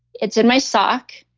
it's in my sock.